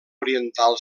oriental